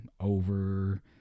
over